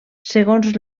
segons